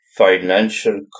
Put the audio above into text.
Financial